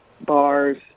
bars